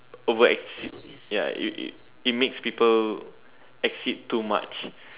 over exceed ya it it it it makes people exceed too much